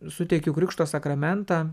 suteikiu krikšto sakramentą